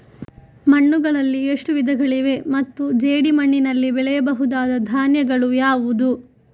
ಮಣ್ಣುಗಳಲ್ಲಿ ಎಷ್ಟು ವಿಧಗಳಿವೆ ಮತ್ತು ಜೇಡಿಮಣ್ಣಿನಲ್ಲಿ ಬೆಳೆಯಬಹುದಾದ ಧಾನ್ಯಗಳು ಯಾವುದು?